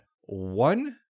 one